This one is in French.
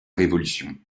révolution